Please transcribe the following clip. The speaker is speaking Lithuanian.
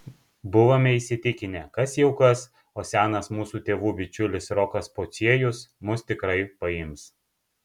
buvome įsitikinę kas jau kas o senas mūsų tėvų bičiulis rokas pociejus mus tikrai paims